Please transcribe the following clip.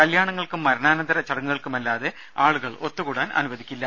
കല്യാണങ്ങൾക്കും മരണാനന്തര ചടങ്ങുകൾക്കുമല്ലാതെ ആളുകൾ ഒത്തുകൂടാൻ അനുവദിക്കില്ല